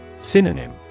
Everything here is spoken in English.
Synonym